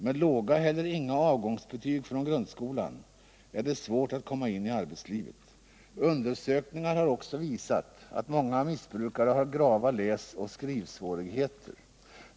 Med låga eller inga avgångsbetyg från grundskolan är det svårt att komma in i arbetslivet. Undersökningar har också visat att många missbrukare har grava läsoch skrivsvårigheter.